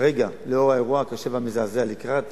כרגע, לאור האירוע הקשה והמזעזע, לקראת